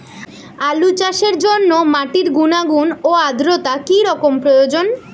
আলু চাষের জন্য মাটির গুণাগুণ ও আদ্রতা কী রকম প্রয়োজন?